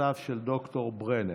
הצלחותיו של ד"ר ברנר.